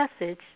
message